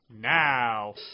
now